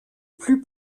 plus